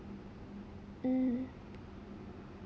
mm